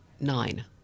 nine